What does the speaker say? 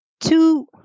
two